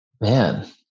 Man